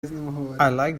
like